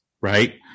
right